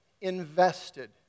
invested